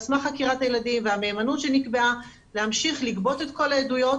על סמך חקירת הילדים והמהימנות שנקבעה להמשיך לגבות את כל העדויות